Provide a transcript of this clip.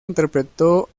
interpretó